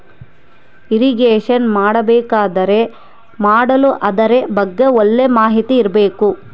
irrigation ಮಾಡಬೇಕಾದರೆ ಮಾಡಲು ಅದರ ಬಗ್ಗೆ ಒಳ್ಳೆ ಮಾಹಿತಿ ಇರ್ಬೇಕು